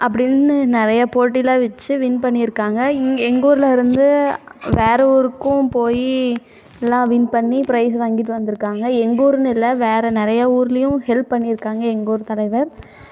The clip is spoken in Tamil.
அப்படின்னு நிறைய போட்டிலாம் வச்சு வின் பண்ணிருக்காங்கள் இங் எங்கள் ஊர்லேருந்து வேறு ஊருக்கும் போய் லாம் வின் பண்ணி பிரைஸ் வாங்கிவிட்டு வந்துருக்காங்க எங்கூருன்னு இல்லை வேறு நிறைய ஊர்லேயும் ஹெல்ப் பண்ணிருக்காங்க எங்கள் ஊர் தலைவர்